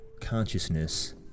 consciousness